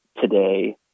today